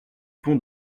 pont